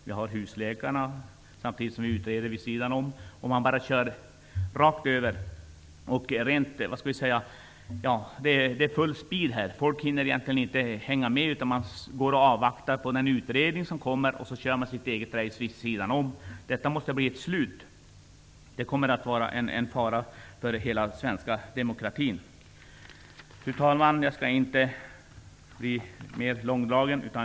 Frågan om husläkare utreds vid sidan om. Regeringen kör rakt över folk i full speed. Folk hinner inte hänga med utan avvaktar utredningar som skall komma. Regeringen kör sitt eget ''race'' vid sidan om. Det måste bli ett slut på det sättet att fatta beslut. Det kommer att utgöra en fara för hela den svenska demokratin. Fru talman! Jag skall inte bli mer långdragen.